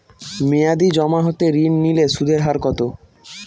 মেয়াদী জমা হতে ঋণ নিলে সুদের হার কত?